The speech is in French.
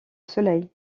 soleil